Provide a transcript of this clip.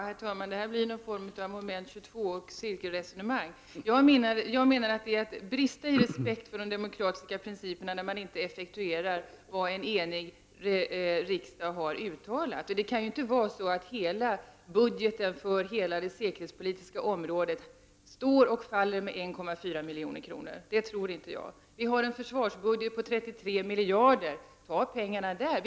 Herr talman! Det här blir en form av moment 22 och cirkelresonemang. Jag anser att det brister i respekt för de demokratiska principerna när man inte effektuerar vad en enig riksdag har beställt. Det kan inte vara så att budgeten för hela det säkerhetspolitiska området står och faller med 1,4 milj.kr. Vi har en försvarsbudget på 33 miljarder. Ta pengarna där!